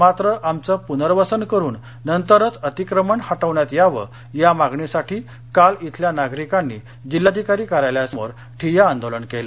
मात्र आमचं पूनर्वसन करुन नंतरच अतिक्रमण हटवण्यात यावं या मागणीसाठी काल इथल्या नागरिकांनी जिल्हाधिकारी कार्यालयासमोर ठिय्या आंदोलन केलं